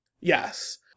Yes